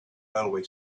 railway